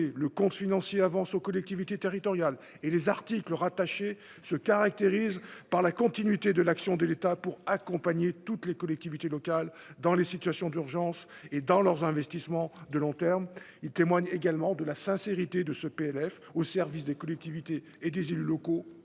le compte financier avances aux collectivités territoriales et les articles rattachés se caractérise par la continuité de l'action de l'État pour accompagner toutes les collectivités locales dans les situations d'urgence et dans leurs investissements de long terme, il témoigne également de la sincérité de ce PLF au service des collectivités et des élus locaux